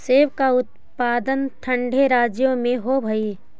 सेब का उत्पादन ठंडे राज्यों में होव हई